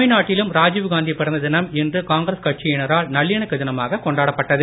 தமிழ்நாட்டிலும் ராஜிவ்காந்தி பிறந்த தினம் இன்று காங்கிரஸ் கட்சியினரால் நல்லிணக்க தினமாக கொண்டாடப்பட்டது